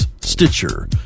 Stitcher